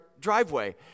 driveway